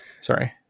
Sorry